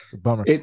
bummer